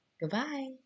Goodbye